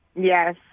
Yes